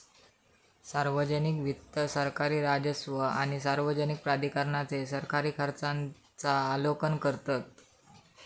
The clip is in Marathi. सार्वजनिक वित्त सरकारी राजस्व आणि सार्वजनिक प्राधिकरणांचे सरकारी खर्चांचा आलोकन करतत